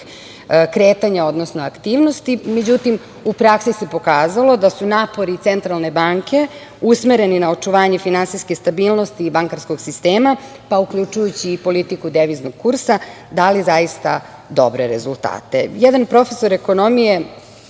kretanja, odnosno aktivnosti. Međutim, u praksi se pokazalo da su napori Centralne banke usmereni na očuvanje finansijske stabilnosti i bankarskog sistema, pa uključujući i politiku deviznog kursa dali zaista dobre rezultate. Jedan profesor ekonomije